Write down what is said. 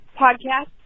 podcast